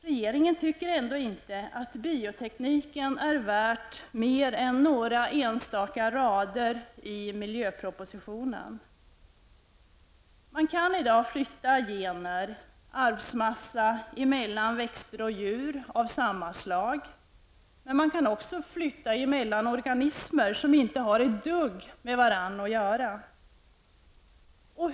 Regeringen tycker ändå inte att biotekniken är värd mer än några enstaka rader i miljöpropositionen. Man kan i dag flytta gener -- arvsmassa -- mellan växter och djur av samma slag, men också flytta arvsmassa mellan organismer som inte har ett dugg med varandra att göra.